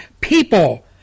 people